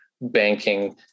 banking